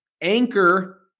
anchor